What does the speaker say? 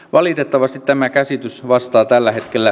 valitettavasti tämä käsitys vastaa tällä hetkellä